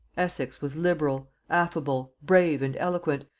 essex was liberal, affable, brave and eloquent,